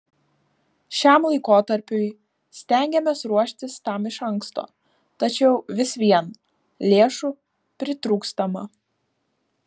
šiam laikotarpiui stengiamės ruoštis tam iš anksto tačiau vis vien lėšų pritrūkstama